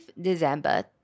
December